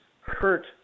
hurt